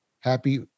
happy